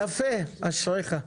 יפה, אשריך.